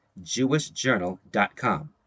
jewishjournal.com